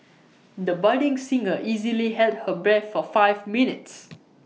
the budding singer easily held her breath for five minutes